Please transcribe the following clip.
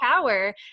power